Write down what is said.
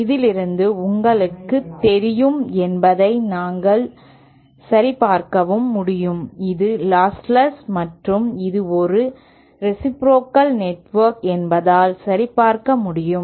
இதிலிருந்து உங்களுக்குத் தெரியுமா என்பதை நாங்கள் சரிபார்க்கவும் முடியும் இது லாஸ்ட்லெஸ் மற்றும் இது ஒரு ரேசிப்ரோகல் நெட்வொர்க் என்பதால் சரிபார்க்கமுடியும்